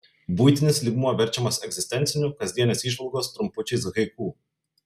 buitinis lygmuo verčiamas egzistenciniu kasdienės įžvalgos trumpučiais haiku